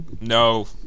No